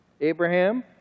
Abraham